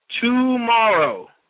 tomorrow